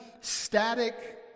static